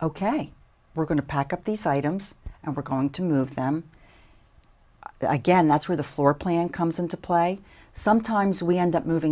ok we're going to pack up these items and we're going to move them again that's where the floor plan comes into play sometimes we end up moving